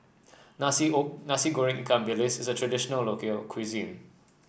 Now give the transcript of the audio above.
nasi Nasi Goreng Ikan Bilis is a traditional local cuisine